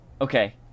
Okay